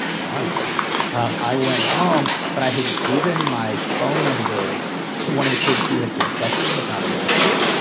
i know um i went home, but i had given my phone number to one of the kids who had been questioned but not arrested.